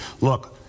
look